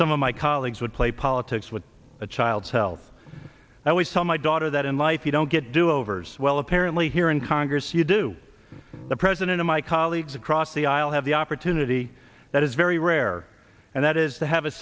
some of my colleagues would play politics with a child's health i always tell my daughter that in life you don't get do overs well apparently here in congress you do the president of my colleagues across the aisle have the opportunity that is very rare and that is to have a